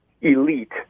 elite